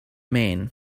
maine